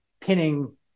pinning